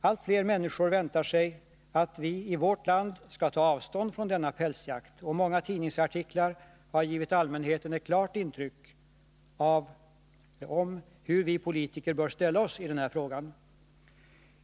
Allt fler människor väntar sig att vi i vårt land skall ta avstånd från denna pälsdjursjakt. Många tidningsartiklar har givit allmänheten en klar uppfattning om hur vi politiker bör ställa oss i den här frågan.